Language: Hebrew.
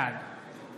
בעד